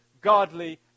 godly